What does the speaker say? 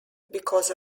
because